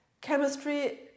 chemistry